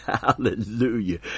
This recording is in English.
Hallelujah